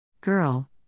Girl